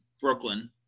Brooklyn